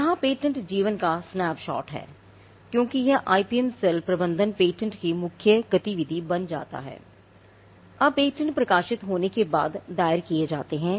यहाँ पेटेंट जीवन का स्नैपशॉट है क्योंकि यह IPM सेल प्रबंधन पेटेंट की मुख्य गतिविधि बन जाती है अब पेटेंट प्रकाशित होने के बाद दायर किए जाते हैं